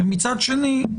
מצד שני,